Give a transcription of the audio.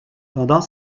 pendant